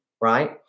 Right